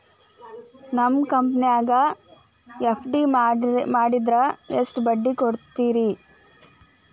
ನಿಮ್ಮ ಕಂಪನ್ಯಾಗ ಎಫ್.ಡಿ ಮಾಡಿದ್ರ ಎಷ್ಟು ಬಡ್ಡಿ ಕೊಡ್ತೇರಿ?